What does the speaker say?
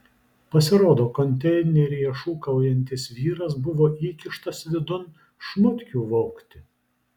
pasirodo konteineryje šūkaujantis vyras buvo įkištas vidun šmutkių vogti